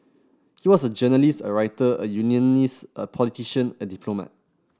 he was a journalist a writer a unionist a politician a diplomat